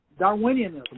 Darwinianism